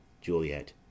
Juliet